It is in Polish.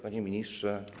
Panie Ministrze!